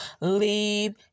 leave